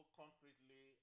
concretely